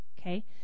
Okay